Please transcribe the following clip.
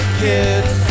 kids